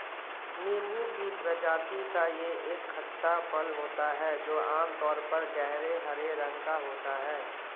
नींबू की प्रजाति का यह एक खट्टा फल होता है जो आमतौर पर गहरे हरे रंग का होता है